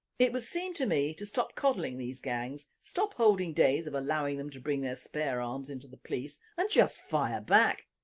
it would seem to me to stop coddling these gangs, stop holding days of allowing them to bring their spare arms into the police and just fire back!